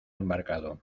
embarcado